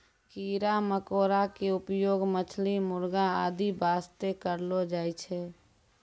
कीड़ा मकोड़ा के उपयोग मछली, मुर्गी आदि वास्तॅ करलो जाय छै